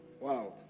Wow